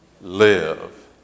Live